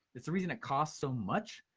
it's the reason it costs so much,